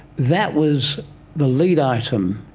that was the lead item,